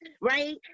right